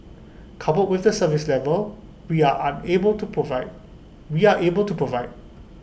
coupled with the service level we are unable to provide we are able to provide